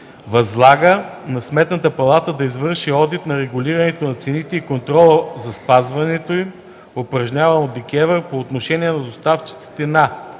Възлага на Сметната палата да извърши одит на регулирането на цените и контрола за спазването им, упражняван от ДКЕВР по отношение на доставчиците на: